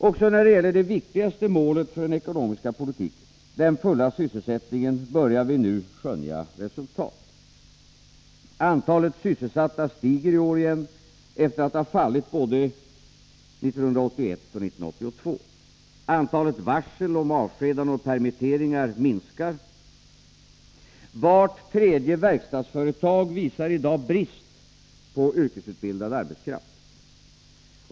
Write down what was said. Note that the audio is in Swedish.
Också när det gäller det viktigaste målet för den ekonomiska politiken — den fulla sysselsättningen — börjar vi nu skönja resultat. Antalet sysselsatta stiger i år igen, efter att ha fallit både 1981 och 1982. Antalet varsel om avskedanden och permitteringar minskar. Vart tredje verkstadsföretag visar i dag brist på yrkesutbildad arbetskraft.